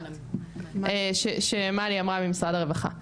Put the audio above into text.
סליחה, שמלי אמרה ממשרד הרווחה.